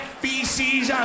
feces